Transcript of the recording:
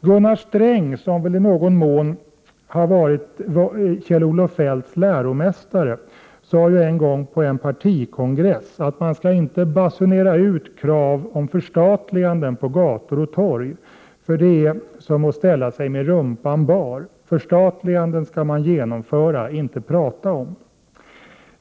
Gunnar Sträng, som väl i någon mån har varit Kjell-Olof Feldts läromästare, sade ju en gång på en partikongress att man inte skall basunera ut krav på förstatliganden på gator och torg, för det är som att ställa sig med rumpan bar. Förstatliganden skall man genomföra, inte prata om.